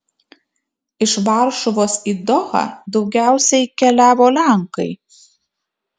iš varšuvos į dohą daugiausiai keliavo lenkai